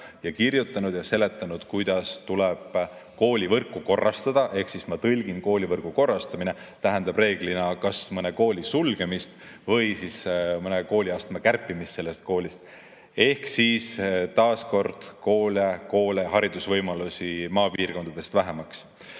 ja kirjutanud ja seletanud, kuidas tuleb koolivõrku korrastada. Ma tõlgin: koolivõrgu korrastamine tähendab reeglina kas mõne kooli sulgemist või mõne kooliastme kärpimist sellest koolist. Ehk taas kord: koole, haridusvõimalusi jääb maapiirkondades vähemaks.